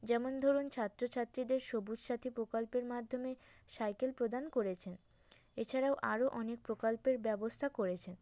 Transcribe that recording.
যেমন ধরুন ছাত্র ছাত্রীদের সবুজ সাথী প্রকল্পের মাধ্যমে সাইকেল প্রদান করেছে এছাড়াও আরো অনেক প্রকল্পের ব্যবস্থা করেছেন